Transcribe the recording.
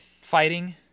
fighting